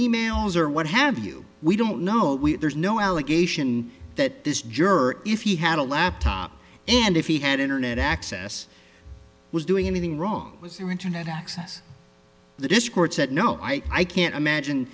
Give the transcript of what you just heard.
e mails or what have you we don't know there's no allegation that this juror if he had a laptop and if he had internet access was doing anything wrong was there internet access the dischord said no i can't imagine